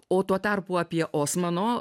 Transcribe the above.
o tuo tarpu apie osmano